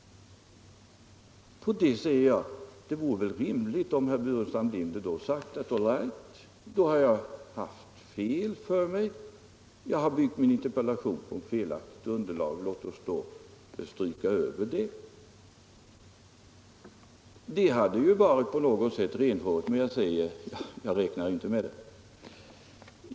Jag har därför framhållit att det väl vore rimligt om herr Burenstam Linder hade sagt: All right, då har jag byggt min interpellation på felaktigt underlag — låt oss stryka ett streck över saken. Det hade på något sätt varit renhårigt. Men jag upprepar att jag inte räknar med det.